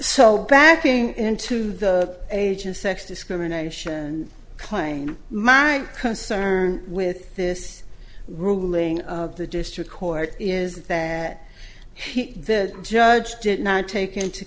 so backing into the age of sex discrimination claims my concern with this ruling of the district court is that the judge did not take into